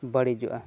ᱵᱟᱹᱲᱤᱡᱚᱜᱼᱟ